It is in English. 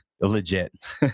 legit